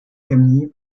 camille